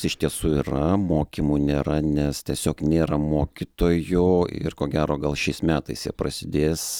iš tiesų yra mokymų nėra nes tiesiog nėra mokytojo ir ko gero gal šiais metais jie prasidės